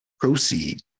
proceed